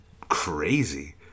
crazy